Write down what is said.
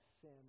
sin